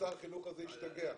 ששר החינוך הזה השתגע,